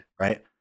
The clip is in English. Right